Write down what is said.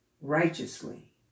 righteously